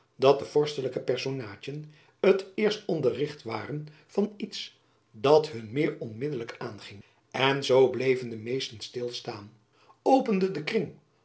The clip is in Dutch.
dat de vorstelijke personaadjen t eerst onderricht waren van iets dat hun meer onmiddelijk aanging en zoo bleven de meesten stil staan openden den kring